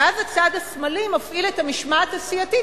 ואז הצד השמאלי מפעיל את המשמעת הסיעתית,